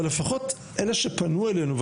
אבל לפחות אלה שפנו אלינו,